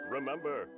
Remember